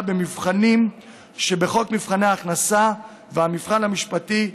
במבחנים שבחוק מבחני ההכנסה והמבחן המשפטי,